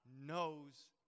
knows